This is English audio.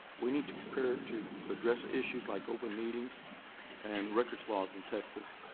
we need to prepare to address issues like open meetings and the records laws in texas.